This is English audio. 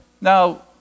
Now